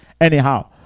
anyhow